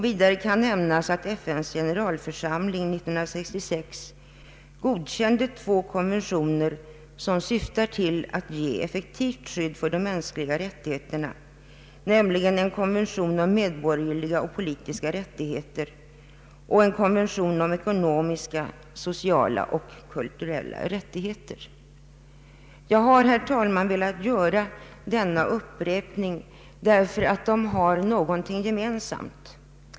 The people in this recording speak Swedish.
Vidare kan nämnas att FN:s generalförsamling år 1966 godkände två konventioner som syftar till att ge effektivt skydd för de mänskliga rättigheterna, nämligen en konvention om medborgerliga och politiska rättigheter och en konvention om ekonomiska, sociala och kulturella rättigheter. Herr talman! Jag har velat göra denna uppräkning därför att dessa konventioner har någonting gemensamt.